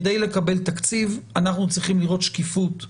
כדי לקבל תקציב אנחנו צריכים לראות שקיפות בדוחות.